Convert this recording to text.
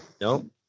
no